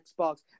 Xbox